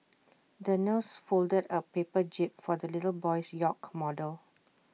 the nurse folded A paper jib for the little boy's yacht model